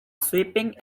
sweeping